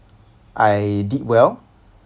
I did well